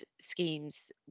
schemes